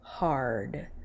hard